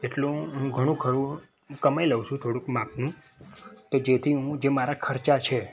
એટલું હું ઘણુંખરું કમાઈ લઉં છું થોડુંક માપનું તો જેથી હું જે મારા ખર્ચા છે